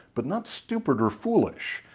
but not stupid or foolish.